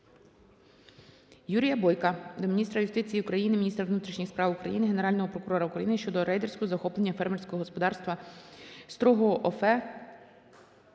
Юрія Бойка до міністра юстиції України, міністра внутрішніх справ України, Генерального прокурора України щодо рейдерського захоплення фермерського господарства "Строгого О.Ф."